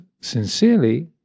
sincerely